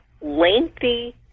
lengthy